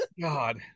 god